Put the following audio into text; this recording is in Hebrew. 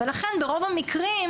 ולכן ברוב המקרים,